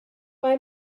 mae